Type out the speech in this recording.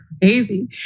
crazy